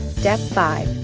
step five.